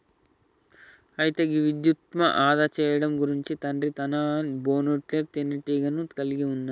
అయితే గీ విద్యుత్ను ఆదా సేయడం గురించి తండ్రి తన బోనెట్లో తీనేటీగను కలిగి ఉన్నాడు